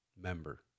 member